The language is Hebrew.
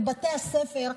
לבתי הספר,